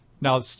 Now